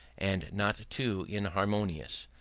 and not too inharmonious.